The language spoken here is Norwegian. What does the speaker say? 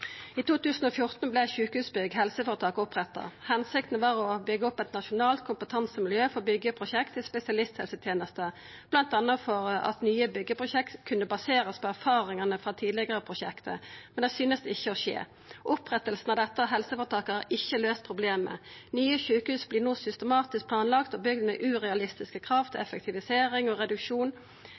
I 2014 vart Sjukehusbygg HF oppretta. Hensikta var å byggja opp eit nasjonalt kompetansemiljø for byggjeprosjekt i spesialisthelsetenesta, bl.a. for at nye byggjeprosjekt kunne baserast på erfaringane frå tidlegare prosjekt, men det ser ikkje ut til å skje. Opprettinga av dette helseføretaket har ikkje løyst problemet. Nye sjukehus vert no systematisk planlagde og bygde med urealistiske krav til effektivisering og reduksjon